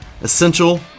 essential